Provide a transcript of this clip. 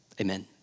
Amen